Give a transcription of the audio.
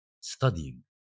studying